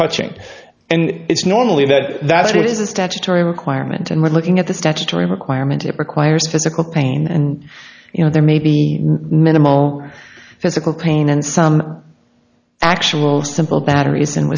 touching and it's normally that that is a statutory requirement and looking at the statutory requirement it requires physical pain you know there may be minimal physical pain and some actual simple batteries in